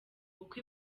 uko